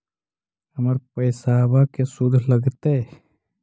हमर पैसाबा के शुद्ध लगतै?